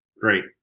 great